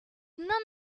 none